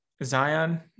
Zion